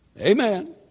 Amen